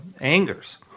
angers